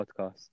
Podcast